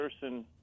person